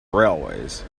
railways